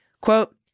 Quote